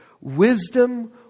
wisdom